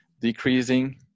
decreasing